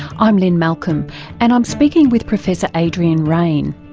i'm lynne malcolm and i'm speaking with professor adrian raine.